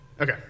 Okay